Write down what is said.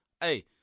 Hey